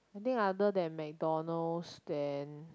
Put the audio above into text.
anything other then McDonald's then